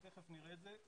תיכף נראה את זה.